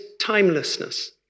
timelessness